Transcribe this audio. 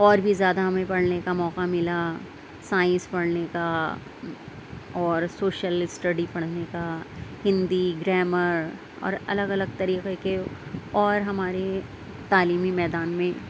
اور بھی زیادہ ہمیں پڑھنے کا موقع ملا سائنس پڑھنے کا اور سوشل اسٹڈی پڑھنے کا ہندی گرامر اور الگ الگ طریقہ کے اور ہماری تعلیمی میدان میں